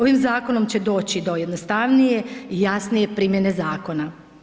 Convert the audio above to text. Ovim zakonom će doći do jednostavnije i jasnije primjene zakona.